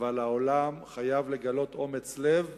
אבל העולם חייב לגלות אומץ לב,